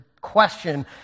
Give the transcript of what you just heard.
question